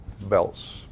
belts